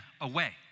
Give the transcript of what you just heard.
away